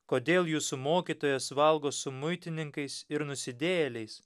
kodėl jūsų mokytojas valgo su muitininkais ir nusidėjėliais